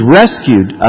rescued